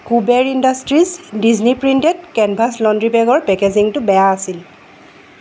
Kuber industries Disney printed canvas laundry বেগৰ পেকেজিঙটো বেয়া আছিল